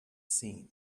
seen